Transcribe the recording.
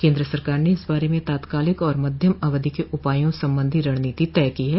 केन्द्र सरकार ने इस बारे में तात्कालिक और मध्यम अवधि के उपायों संबंधी रणनीति तय की है